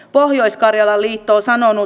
pohjois karjalan liitto on sanonut